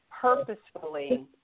purposefully